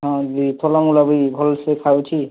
ହଁ ଦିଦି ଫଳ ମୂଳ ବି ଭଲସେ ଖାଉଛି